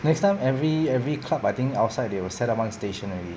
next time every every club I think outside they will set up one station already